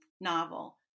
novel